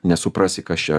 nesuprasi kas čia